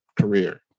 career